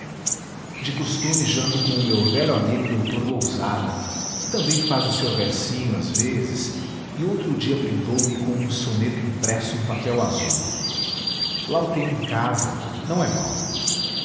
de costume janto com o meu velho amigo dr lousada que também faz o seu versinho às vezes e outro dia brindou me com um soneto impresso em papel azul lá o tenho em casa não é mau